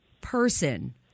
person